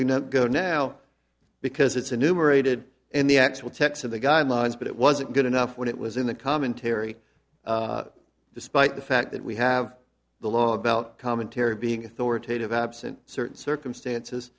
do not go now because it's a numerated in the actual text of the guidelines but it wasn't good enough when it was in the commentary despite the fact that we have the law about commentary being authoritative absent certain circumstances